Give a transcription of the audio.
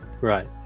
Right